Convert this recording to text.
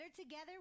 together